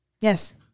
Yes